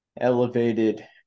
elevated